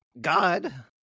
God